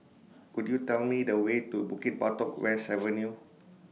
Could YOU Tell Me The Way to Bukit Batok West Avenue